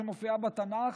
שמופיעה בתנ"ך,